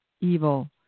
evil